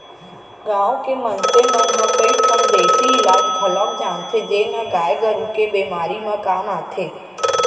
गांव के मनसे मन ह कई ठन देसी इलाज घलौक जानथें जेन ह गाय गरू के बेमारी म काम आथे